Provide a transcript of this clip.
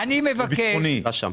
אם ירצה